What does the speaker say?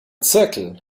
zirkel